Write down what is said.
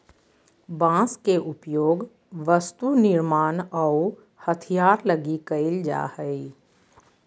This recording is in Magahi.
बांस के उपयोग वस्तु निर्मान आऊ हथियार लगी कईल जा हइ